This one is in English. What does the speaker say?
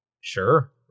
Sure